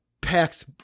packs